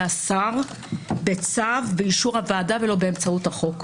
השר בצו באישור הוועדה ולא באמצעות החוק.